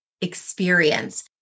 experience